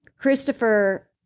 Christopher